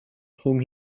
whom